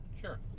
Sure